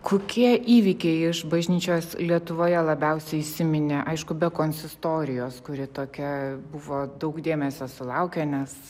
kokie įvykiai iš bažnyčios lietuvoje labiausiai įsiminė aišku be konsistorijos kuri tokia buvo daug dėmesio sulaukė nes